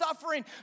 suffering